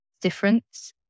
difference